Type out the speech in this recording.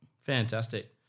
Fantastic